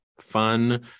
fun